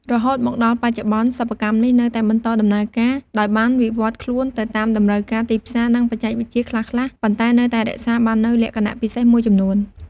រហូតមកដល់បច្ចុប្បន្ន សិប្បកម្មនេះនៅតែបន្តដំណើរការ ដោយបានវិវឌ្ឍន៍ខ្លួនទៅតាមតម្រូវការទីផ្សារ និងបច្ចេកវិទ្យាខ្លះៗ ប៉ុន្តែនៅតែរក្សាបាននូវលក្ខណៈពិសេសមួយចំនួន។